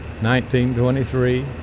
1923